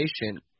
patient